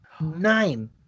Nine